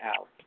out